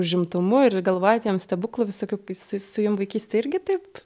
užimtumu ir galvojat jiem stebuklų visokių su jum vaikystėj irgi taip